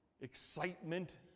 excitement